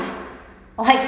like